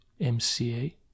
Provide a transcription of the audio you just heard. MCA